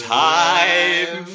time